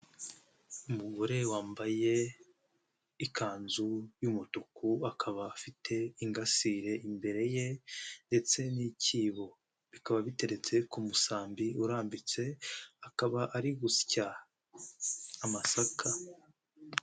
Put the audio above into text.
Umugore wambaye ikanzu y'umutuku akaba afite ingasire imbere ye ndetse n'icyibo, bikaba biteretse ku musambi urambitse, akaba ari gusya amasaka.